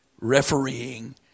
refereeing